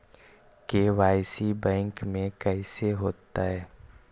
KYC bank में कैसे होतै?